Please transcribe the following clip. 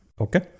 Okay